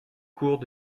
courts